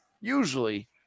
usually